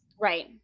Right